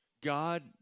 God